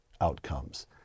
outcomes